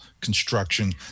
construction